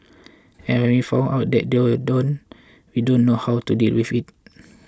and when we found out they don't we don't know how to deal with it